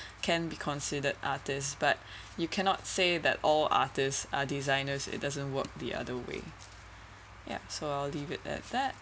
can be considered artist but you cannot say that all artist are designers it doesn't work the other way ya so I'll leave it at that